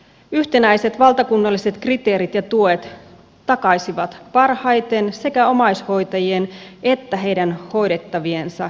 yhtenäiset valtakunnalliset kriteerit ja tuet takaisivat parhaiten sekä omaishoitajien että heidän hoidettaviensa yhdenvertaisuuden